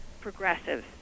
progressives